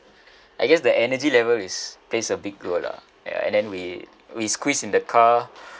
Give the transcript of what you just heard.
I guess the energy level is plays a big role lah and then we we squeezed in the car